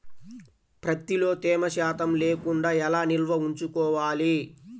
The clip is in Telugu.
ప్రత్తిలో తేమ శాతం లేకుండా ఎలా నిల్వ ఉంచుకోవాలి?